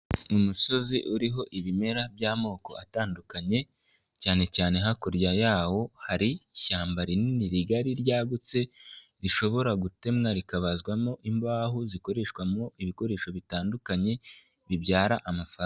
Umusozi uriho ibimera by'amoko atandukanye cyane cyane hakurya yawo hari ishyamba rinini rigari ryagutse, rishobora gutemwa rikabazwamo imbaho zikoreshwamo ibikoresho bitandukanye bibyara amafaranga.